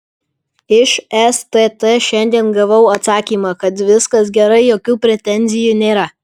iš stt šiandien gavau atsakymą kad viskas gerai jokių pretenzijų nėra